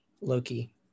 loki